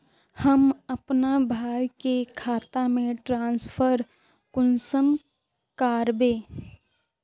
हम अपना भाई के खाता में ट्रांसफर कुंसम कारबे?